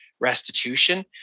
restitution